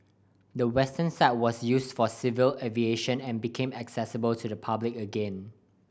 the western side was used for civil aviation and became accessible to the public again